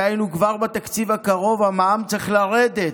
דהיינו, כבר בתקציב הקרוב המע"מ צריך לרדת.